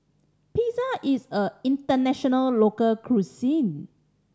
pizza is a international local cuisine